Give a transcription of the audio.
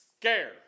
scare